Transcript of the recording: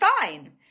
fine